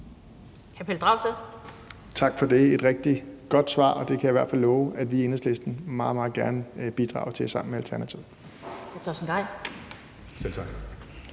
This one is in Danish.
Tak for det. Det var et rigtig godt svar, og det kan jeg i hvert fald love at vi i Enhedslisten meget, meget gerne bidrager til sammen med Alternativet. Kl.